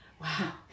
wow